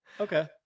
okay